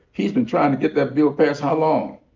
he's been trying to get that bill passed how long?